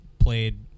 played